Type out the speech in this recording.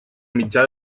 mitjà